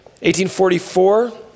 1844